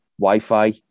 Wi-Fi